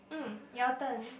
mm your turn